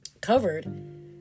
covered